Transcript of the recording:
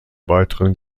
weiteren